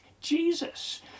Jesus